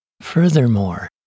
Furthermore